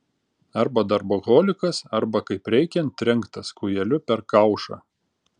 arba darboholikas arba kaip reikiant trenktas kūjeliu per kaušą